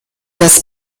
das